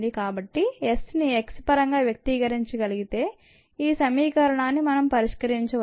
కాబట్టి s ని x పరంగా వ్యక్తీకరించగలిగితే ఈ సమీకరణాన్ని మనం పరిష్కరించవచ్చు